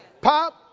Pop